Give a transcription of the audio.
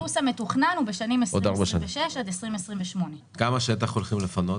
לוח הזמנים המתוכנן הוא 2026 עד 2028. כמה שטח הולכים לפנות?